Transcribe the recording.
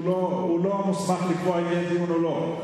הוא לא מוסמך לקבוע אם יהיה דיון או לא.